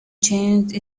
changed